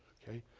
ok.